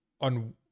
on